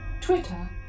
Twitter